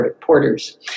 porters